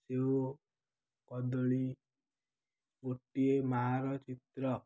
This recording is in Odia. ସେଉ କଦଳୀ ଗୋଟିଏ ମାଆର ଚିତ୍ର